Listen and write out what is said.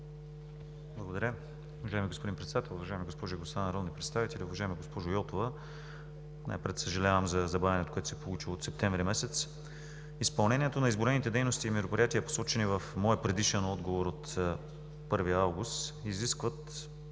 Благодаря. Уважаеми господин Председател, уважаеми госпожи и господа народни представители! Уважаема госпожо Йотова, съжалявам за забавянето, което се е получило. Изпълнението на изброените дейности и мероприятия, посочени в моя предишен отговор от 1 август, изискват